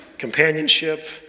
companionship